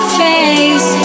face